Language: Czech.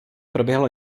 proběhlo